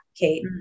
Kate